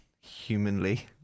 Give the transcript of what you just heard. humanly